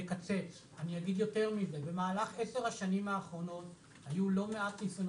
אומר את זה אדם שתרם לביטחון ישראל, שהיה ראש